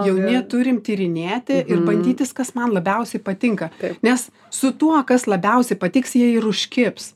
jauni turim tyrinėti ir bandytis kas man labiausiai patinka nes su tuo kas labiausiai patiks jie ir užkibs